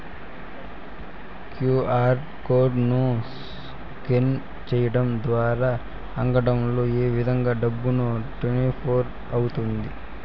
QR code ను scan సేయడం ద్వారా అంగడ్లలో ఏ విధంగా డబ్బు ట్రాన్స్ఫర్ అవుతుంది